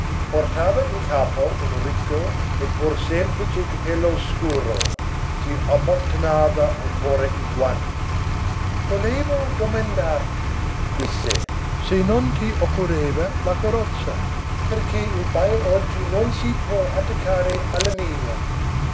portava in capo un ricco e pur semplice cappello scuro si abbottonava ancora i guanti volevo domandarti disse se non ti occorreva la carrozza perchè il bajo oggi non si può attaccare alla mia